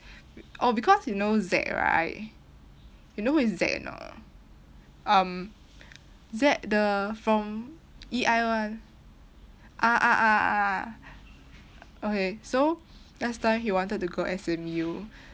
oh because you know zac right you know who is zac or not um zac the from E_I [one] ah ah ah ah okay so last time he wanted to go S_M_U